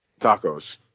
tacos